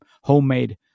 homemade